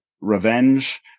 revenge